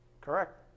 correct